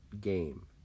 game